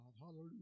Hallelujah